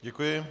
Děkuji.